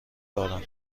دارم